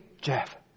Jeff